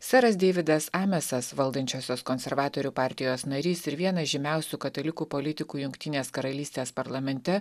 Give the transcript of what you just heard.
seras deividas amesas valdančiosios konservatorių partijos narys ir vienas žymiausių katalikų politikų jungtinės karalystės parlamente